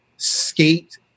skate